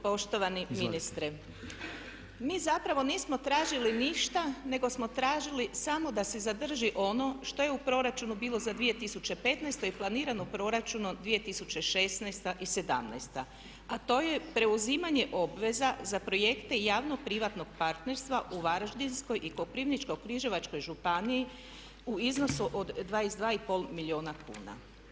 Poštovani ministre mi zapravo nismo tražili ništa nego smo tražili samo da se zadrži ono što je u proračunu bilo za 2015. i planirano u Proračunu 2016. i 2017., a to je preuzimanje obveza za projekte javno-privatnog partnerstva u Varaždinskoj i Koprivničko-križevačkoj županiji u iznosu od 22,5 milijuna kuna.